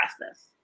process